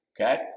okay